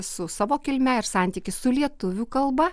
su savo kilme ir santykis su lietuvių kalba